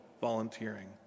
volunteering